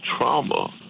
trauma